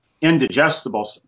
indigestible